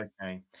Okay